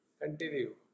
continue